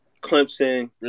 Clemson